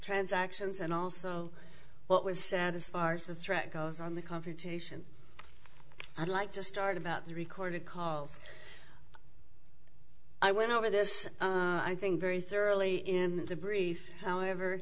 transactions and also what was satisfy ourselves thread goes on the confrontation i'd like to start about the recorded calls i went over this i think very thoroughly in the brief however